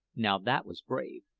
now that was brave,